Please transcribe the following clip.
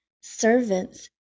Servants